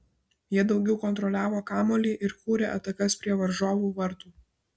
jie daugiau kontroliavo kamuolį ir kūrė atakas prie varžovų vartų